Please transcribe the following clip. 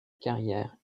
carrière